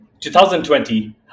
2020